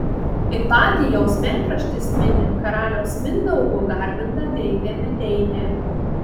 ipatijaus metraštis mini karaliaus mindaugo garbintą deivę medeinę